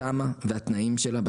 התמ"א והתנאים שלה,